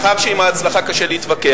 מכיוון שעם ההצלחה קשה להתווכח,